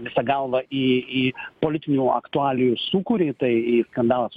visa galva į į politinių aktualijų sūkurį tai skandalas